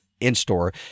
in-store